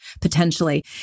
potentially